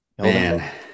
Man